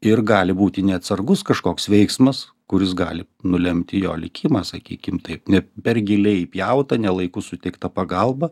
ir gali būti neatsargus kažkoks veiksmas kuris gali nulemti jo likimą sakykim taip ne per giliai įpjauta ne laiku suteikta pagalba